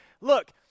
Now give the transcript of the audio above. Look